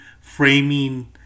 framing